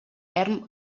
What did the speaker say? erm